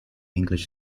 english